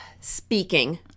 speaking